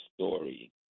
story